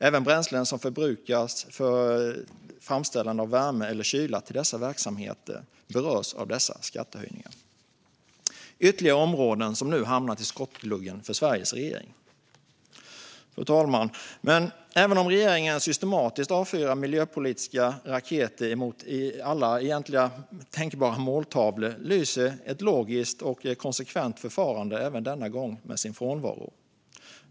Även bränslen som förbrukas för framställande av värme eller kyla till dessa verksamheter berörs av dessa skattehöjningar. Detta är ytterligare områden som nu har hamnat i skottgluggen för Sveriges regering. Fru talman! Men även om regeringen systematiskt avfyrar miljöpolitiska raketer mot egentligen alla tänkbara måltavlor lyser ett logisk och konsekvent förfarande också denna gång med sin frånvaro.